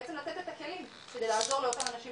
בעצם לתת את הכלים כדי לעזור לאותם אנשים